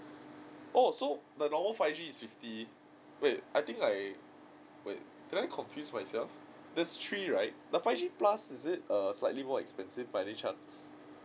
oh so the normal five G is fifty wait I think I wait did I confuse myself there's three right the five G plus is it uh slightly more expensive by any chance